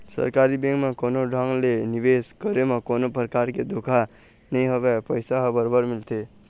सरकारी बेंक म कोनो ढंग ले निवेश करे म कोनो परकार के धोखा नइ होवय पइसा ह बरोबर मिलथे